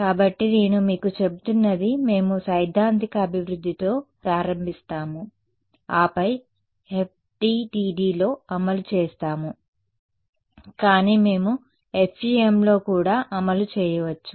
కాబట్టి నేను మీకు చెబుతున్నది మేము సైద్ధాంతిక అభివృద్ధితో ప్రారంభిస్తాము ఆపై FDTDలో అమలు చేస్తాము కానీ మేము FEMలో కూడా అమలు చేయవచ్చు